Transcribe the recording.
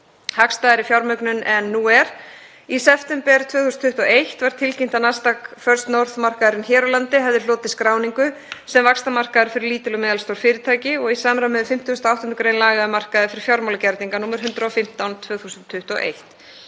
hagstæðari fjármögnun en nú er. Í september 2021 var tilkynnt að Nasdaq First North markaðurinn hér á landi hefði hlotið skráningu sem vaxtarmarkaður fyrir lítil og meðalstór fyrirtæki í samræmi við 58. gr. laga um markaði fyrir fjármálagerninga, nr. 115/2021.